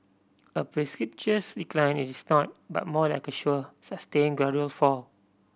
a precipitous decline it is not but more like a sure sustain gradual fall